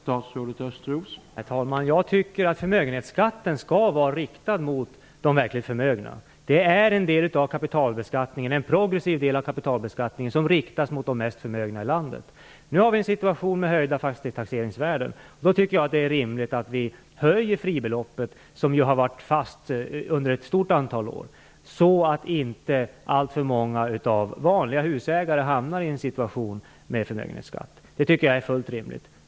Herr talman! Jag tycker att förmögenhetsskatten skall vara riktad mot de verkligt förmögna. Detta är en progressiv del av kapitalbeskattningen som riktas mot de mest förmögna i landet. Nu har vi en situation med höjda fastighetstaxeringsvärden. Då tycker jag att det är rimligt att vi höjer fribeloppet, som ju har varit fast under ett stort antal år, så att inte allt för många vanliga husägare hamnar i en situation med förmögenhetsskatt. Det tycker jag är fullt rimligt.